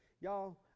y'all